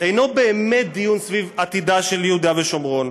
אינו באמת דיון סביב העתיד של יהודה ושומרון,